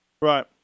Right